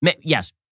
Yes